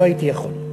לא הייתי יכול.